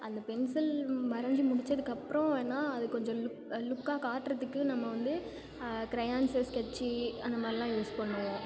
அந்த பென்சில் வரைஞ்சி முடிச்சதுக்கப்புறம் வேணுணா அது கொஞ்சம் லுக் லுக்காக காட்டுறதுக்கு நம்ம வந்து க்ரையான்ஸு ஸ்கெட்ச்சு அந்தமாதிரிலாம் யூஸ் பண்ணுவோம்